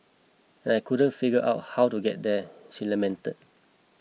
I couldn't figure out how to get there she lamented